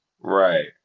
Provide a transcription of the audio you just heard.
Right